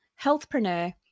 healthpreneur